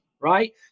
Right